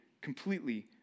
completely